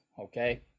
okay